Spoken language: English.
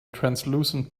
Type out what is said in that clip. translucent